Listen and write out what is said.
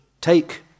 take